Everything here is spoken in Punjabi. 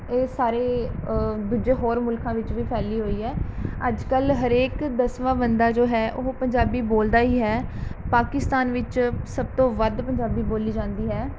ਇਹ ਸਾਰੇ ਦੂਜੇ ਹੋਰ ਮੁਲਕਾਂ ਵਿੱਚ ਵੀ ਫੈਲੀ ਹੋਈ ਹੈ ਅੱਜ ਕੱਲ੍ਹ ਹਰੇਕ ਦਸਵਾਂ ਬੰਦਾ ਜੋ ਹੈ ਉਹ ਪੰਜਾਬੀ ਬੋਲਦਾ ਹੀ ਹੈ ਪਾਕਿਸਤਾਨ ਵਿੱਚ ਸਭ ਤੋਂ ਵੱਧ ਪੰਜਾਬੀ ਬੋਲੀ ਜਾਂਦੀ ਹੈ